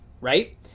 right